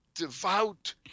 devout